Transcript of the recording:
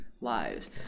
lives